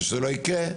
ושזה לא יקרה,